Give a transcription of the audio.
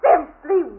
Simply